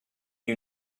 you